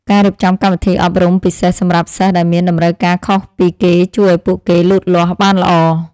ការរៀបចំកម្មវិធីអប់រំពិសេសសម្រាប់សិស្សដែលមានតម្រូវការខុសពីគេជួយឱ្យពួកគេលូតលាស់បានល្អ។